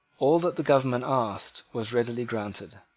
all that the government asked was readily granted.